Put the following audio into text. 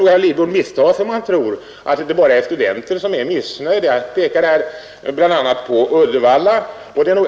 Herr Lidbom misstar sig om han tror att det bara är studenter som är missnöjda; bl.a. kan jag som nämnts hänvisa till vad som förekommit i Uddevalla.